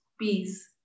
peace